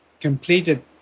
completed